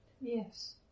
Yes